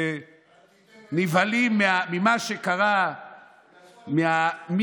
אל תיתן להם רעיונות.